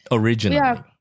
originally